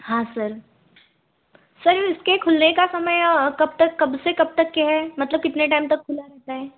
हाँ sir sir इसके खुलने का समय कब तक कब से कब तक के है मतलब कितने टाइम तक खुला रहता है